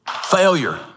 failure